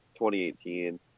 2018